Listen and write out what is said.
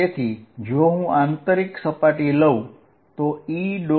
તેથી જો હું આંતરિક સપાટી લઉ તો E